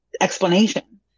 explanation